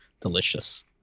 delicious